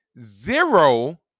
zero